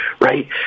right